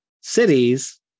cities